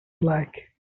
like